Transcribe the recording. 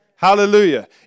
Hallelujah